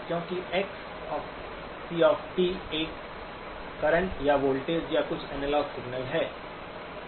क्योंकि xc एक current या वोल्टेज या कुछ एनालॉग सिग्नल है